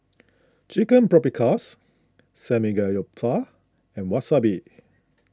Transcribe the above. Chicken Paprikas Samgeyopsal and Wasabi